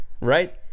right